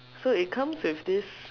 so it comes with this